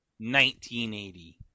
1980